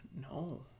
No